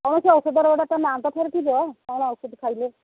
କୌଣସି ଔଷଧର ଗୋଟେ ତ ନାଁ ତ ଫେରେ ଥିବ କ'ଣ ଔଷଧ ଖାଇଲେ